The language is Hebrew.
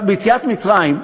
ביציאת מצרים,